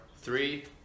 Three